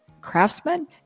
craftsman